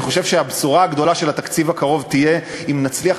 אני חושב שהבשורה הגדולה של התקציב הקרוב תהיה אם נצליח